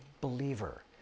believer